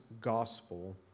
gospel